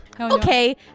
Okay